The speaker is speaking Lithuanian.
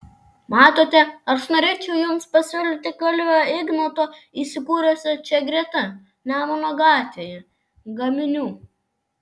matote aš norėčiau jums pasiūlyti kalvio ignoto įsikūrusio čia greta nemuno gatvėje gaminių